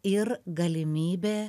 ir galimybė